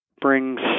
brings